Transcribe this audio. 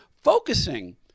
focusing